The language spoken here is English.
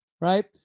right